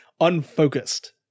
unfocused